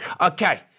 Okay